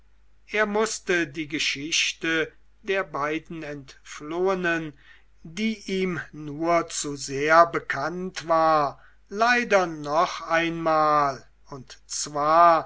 er mußte die geschichte der beiden entflohenen die ihm nur zu sehr bekannt war leider noch einmal und zwar